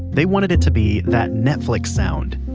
they wanted it to be that netflix sound.